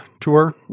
tour